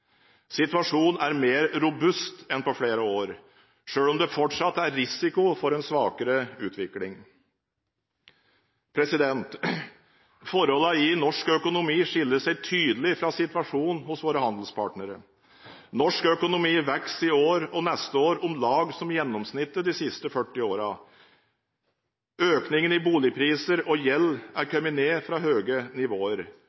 Situasjonen er mer robust enn på flere år, selv om det fortsatt er risiko for en svakere utvikling. Forholdene i norsk økonomi skiller seg tydelig fra situasjonen hos våre handelspartnere. Norsk økonomi vokser i år og neste år om lag som gjennomsnittet for de siste 40 årene. Økningen i boligpriser og gjeld